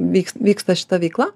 vyks vyksta šita veikla